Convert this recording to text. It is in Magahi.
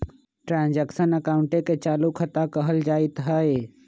ट्रांजैक्शन अकाउंटे के चालू खता कहल जाइत हइ